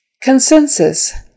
Consensus